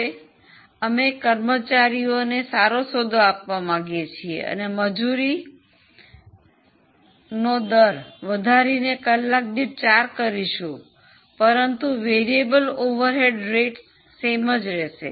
હવે અમે કર્મચારીઓને સારો સોદો આપવા માંગીએ છીએ અને મજૂરી દર વધારીને કલાક દીઠ 4 કરીશું પણ ચલિત પરોક્ષ દર સમાન રહેશે